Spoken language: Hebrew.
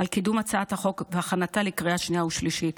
על קידום הצעת החוק והכנתה לקריאה שנייה ושלישית.